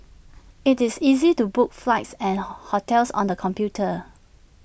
IT is easy to book flights and hotels on the computer